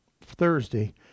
Thursday